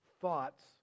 thoughts